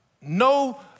No